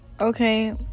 Okay